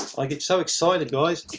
i get so excited, guys.